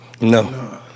No